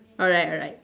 alright alright